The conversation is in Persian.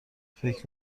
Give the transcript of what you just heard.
فکر